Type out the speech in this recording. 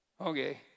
okay